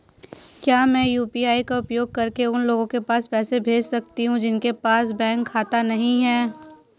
क्या मैं यू.पी.आई का उपयोग करके उन लोगों के पास पैसे भेज सकती हूँ जिनके पास बैंक खाता नहीं है?